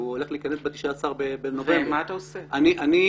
הוא נכנס ב-19 בנובמבר.